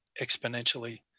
exponentially